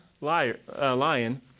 lion